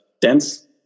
dense